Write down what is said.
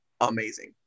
amazing